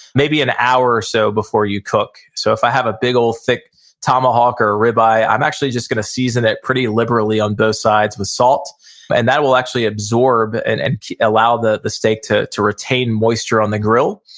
maybe an hour or so before you cook. so if i have a big old thick tomahawk or ribeye, i'm actually just gonna season it pretty liberally on both sides with salt and that will actually absorb and and allow the the steak to to retain moisture on the grill,